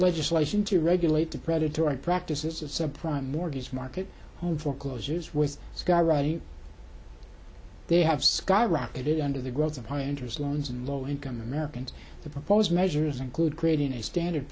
legislation to regulate the predatory practices of subprime mortgage market home foreclosures with skywriting they have skyrocketed under the growth of high interest loans and low income americans the proposed measures include creating a standard